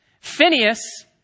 Phineas